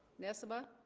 nessebar